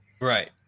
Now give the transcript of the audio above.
Right